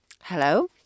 Hello